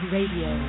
Radio